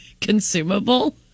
consumable